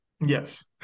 Yes